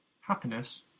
Happiness